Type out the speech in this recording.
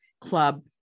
Club